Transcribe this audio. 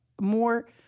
more